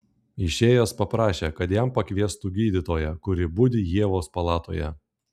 išėjęs paprašė kad jam pakviestų gydytoją kuri budi ievos palatoje